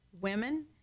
women